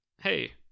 hey